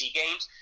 games